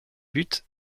but